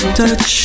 touch